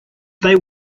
they